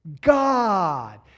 God